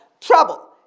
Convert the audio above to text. trouble